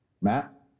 Matt